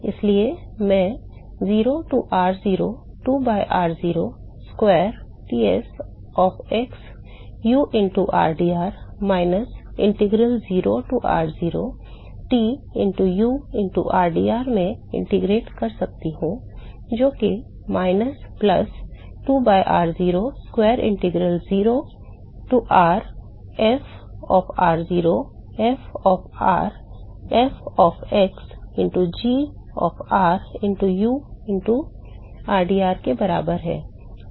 इसलिए मैं 0 to r0 2 by r0 square Ts of x u into rdr minus integral 0 to r0 T into u into rdrमें integrate कर सकता हूं जो कि minus plus 2 by r0 square integral 0 to r f of r0 f of r f of x into g of r into u into rdr के बराबर है